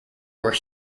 were